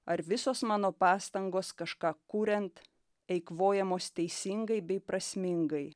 ar visos mano pastangos kažką kuriant eikvojamos teisingai bei prasmingai